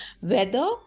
weather